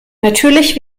natürlich